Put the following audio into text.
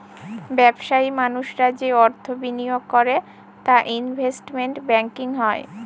ব্যবসায়ী মানুষরা যে অর্থ বিনিয়োগ করে তা ইনভেস্টমেন্ট ব্যাঙ্কিং হয়